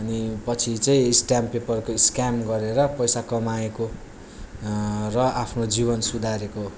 अनि पछि चाहिँ स्ट्याम्प पेपरको स्क्याम गरेर पैसा कमाएको र आफ्नो जीवन सुधारेको